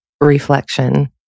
reflection